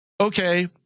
okay